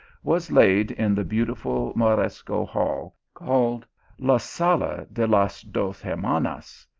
was laid in the beautiful moresco hall called la sala de las dos hermanas,